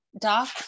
doc